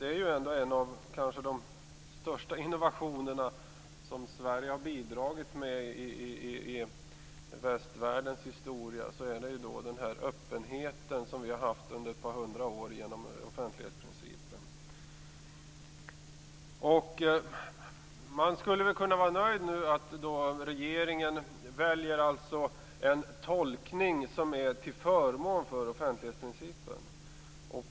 Den öppenhet som vi under ett par hundra år har haft genom offentlighetsprincipen är trots allt en av de största innovationer som Sverige har bidragit med i västvärldens historia. Man skulle väl kunna vara nöjd med att regeringen nu väljer en tolkning som är till förmån för offentlighetsprincipen.